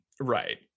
Right